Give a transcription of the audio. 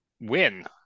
win